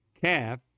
calf